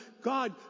God